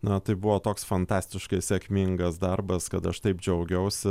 na tai buvo toks fantastiškai sėkmingas darbas kad aš taip džiaugiausi